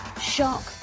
shock